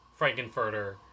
Frankenfurter